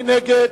מי נגד?